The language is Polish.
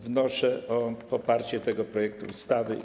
Wnoszę o poparcie tego projektu ustawy.